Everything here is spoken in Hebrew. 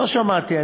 לא שמעתי,